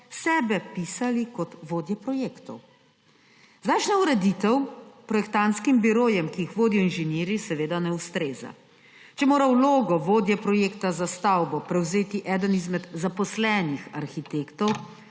sebe pisali kot vodje projektov. Zdajšnja ureditev projektantskim birojem, ki jih vodijo inženirji, seveda ne ustreza. Če mora vlogo vodje projekta za stavbo prevzeti eden izmed zaposlenih arhitektov,